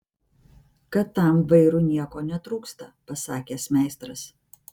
kad tam vairui nieko netrūksta pasakęs meistras